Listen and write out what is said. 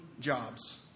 jobs